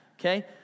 Okay